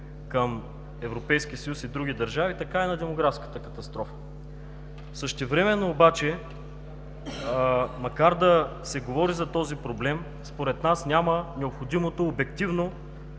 съюз и други държави, така и на демографската катастрофа. Същевременно обаче, макар да се говори за този проблем, според нас няма необходимото обективно